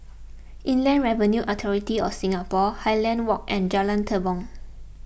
Inland Revenue Authority of Singapore Highland Walk and Jalan Tepong